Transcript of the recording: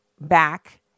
back